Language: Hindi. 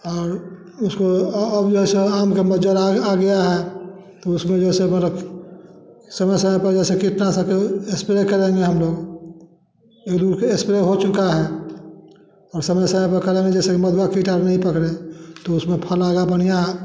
और उसको और भी ऐसा आम का मज्जर आ गया है तो उसमें जैसे के रख समय समय पे जैसे कीटनाशक एस्प्रे करेंगे हम लोग यदि के एस्प्रे हो चुका है और समय समय पे जैसे नहीं पकड़े तो उसमें फल आएगा बढ़िया